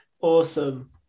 Awesome